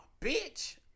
bitch